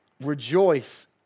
rejoice